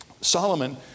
Solomon